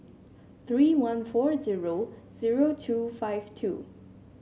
three one four zero zero two five two